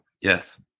Yes